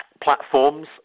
platforms